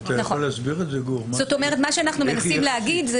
מה שאנחנו מנסים להגיד זה